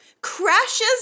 crashes